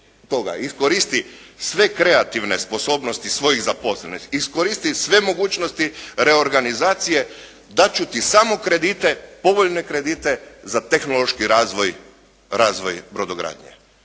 Iskoristi sve kreativne sposobnosti svojih zaposlenih, iskoristi sve mogućnosti reorganizacije, dati ću ti samo kredite, povoljne kredite za tehnološki razvoj brodogradnje